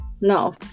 No